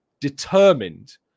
determined